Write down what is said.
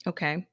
Okay